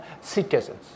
citizens